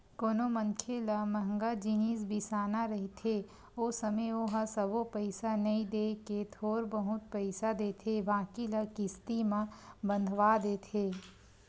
कोनो मनखे ल मंहगा जिनिस बिसाना रहिथे ओ समे ओहा सबो पइसा नइ देय के थोर बहुत पइसा देथे बाकी ल किस्ती म बंधवा देथे